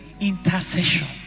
intercession